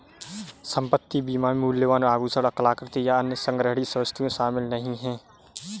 संपत्ति बीमा में मूल्यवान आभूषण, कलाकृति, या अन्य संग्रहणीय वस्तुएं शामिल नहीं हैं